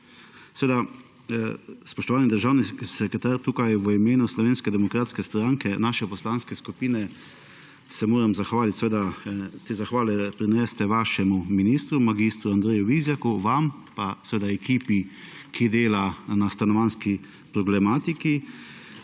Seveda spoštovani državni sekretar tukaj v imenu Slovenske demokratske stranke, naše poslanske skupine, se moram zahvaliti. Te zahvale prenesite vašemu ministru, mag. Andreju Vizjaku, vam, pa seveda ekipi, ki dela na stanovanjski problematiki.